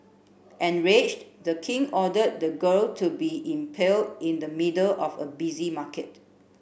enraged the king ordered the girl to be impaled in the middle of a busy market